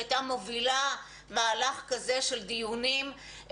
שהייתה מובילה מהלך כזה של דיונים,